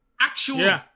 Actual